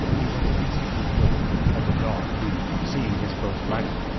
he went instantly forward, like a dog who, seeing his foes lagging,